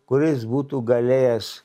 kuris būtų galėjęs